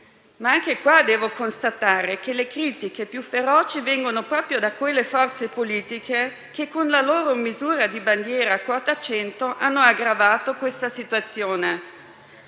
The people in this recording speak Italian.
caso, però, devo constatare che le critiche più feroci vengono proprio da quelle forze politiche che, con la loro misura di bandiera, quota 100, hanno aggravato questa situazione.